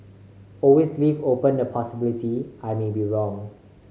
always leave open the possibility I may be wrong